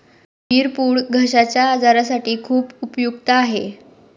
मिरपूड घश्याच्या आजारासाठी खूप उपयुक्त आहे